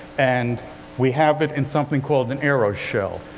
and we have it in something called an aeroshell.